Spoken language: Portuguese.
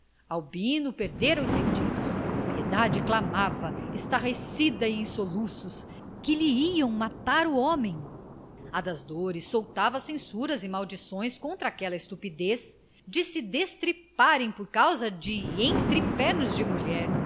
outros albino perdera os sentidos piedade clamava estarrecida e em soluços que lhe iam matar o homem a das dores soltava censuras e maldições contra aquela estupidez de se destriparem por causa de entrepernas de mulher